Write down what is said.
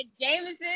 Jameson